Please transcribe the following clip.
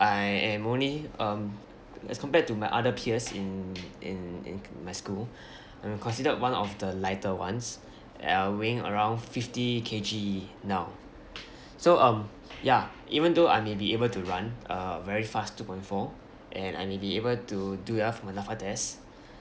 I am only um as compared to my other peers in in in my school I'm considered one of the lighter ones uh weighing around fifty K_G now so um ya even though I may be able to run uh very fast two point four and I may be able to do well for my NAPFA test